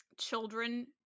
children